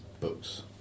books